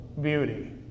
beauty